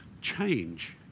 change